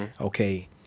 okay